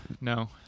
no